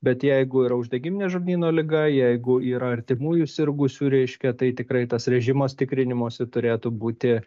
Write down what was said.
bet jeigu yra uždegiminė žarnyno liga jeigu yra artimųjų sirgusių reiškia tai tikrai tas režimas tikrinimosi turėtų būti